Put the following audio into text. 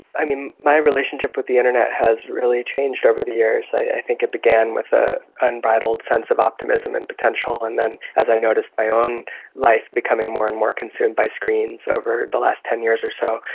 i mean, my relationship with the internet has really changed over the years. i think it began with an ah unbridled sense of optimism and potential, and then as i noticed my own life becoming more and more consumed by screens over the last ten years or so,